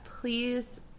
Please